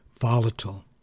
volatile